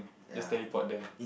just teleport there